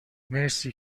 مرسی